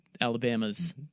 Alabama's